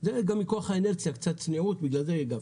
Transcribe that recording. זה גם מכוח האינרציה, קצת צניעות, בגלל זה הגבתי.